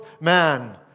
man